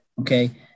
Okay